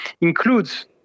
includes